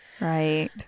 Right